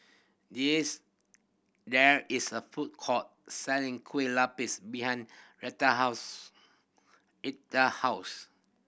there is a food court selling Kueh Lapis behind Retha house house